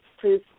please